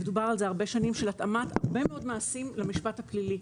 ודובר הרבה שנים על התאמת הרבה מאוד מעשים למשפט הפלילי.